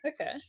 Okay